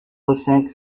middlesex